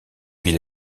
ville